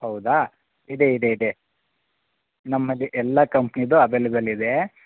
ಹೌದಾ ಇದೆ ಇದೆ ಇದೆ ನಮ್ಮಲ್ಲಿ ಎಲ್ಲ ಕಂಪ್ನಿದು ಅವೈಲೆಬಲ್ ಇದೆ